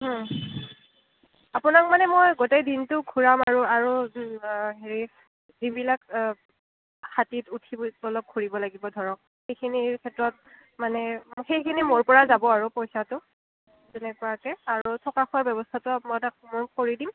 আপোনাক মানে মই গোটেই দিনটো ঘূৰাম আৰু আৰু হেৰি যিবিলাক হাতীত উঠি অলপ ফুৰিব লাগিব ধৰক সেইখিনি ক্ষেত্ৰত মানে সেইখিনি মোৰ পৰা যাব আৰু পইচাটো তেনেকোৱাকৈ আৰু থকা খোৱাৰ ব্যৱস্থাটো মই তাত মই কৰি দিম